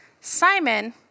Simon